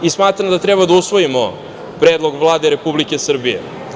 I smatram da treba da usvojimo Predlog Vlade Republike Srbije.